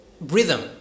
rhythm